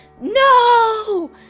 no